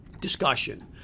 discussion